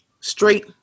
straight